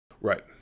Right